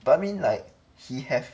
but I mean like he have